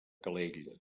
calella